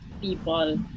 people